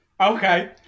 Okay